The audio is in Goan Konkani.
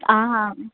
आं हां